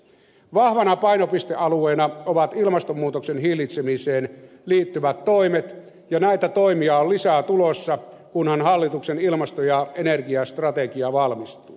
vahvana painopistealueena ovat ilmastonmuutoksen hillitsemiseen liittyvät toimet ja näitä toimia on lisää tulossa kunhan hallituksen ilmasto ja energiastrategia valmistuu